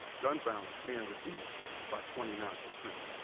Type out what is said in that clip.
gun violence being reduced by twenty nine percent.